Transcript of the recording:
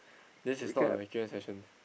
this is not a session